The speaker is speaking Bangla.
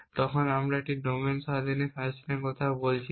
তখন আমরা একটি ডোমেন স্বাধীন ফ্যাশনে কথা বলছি না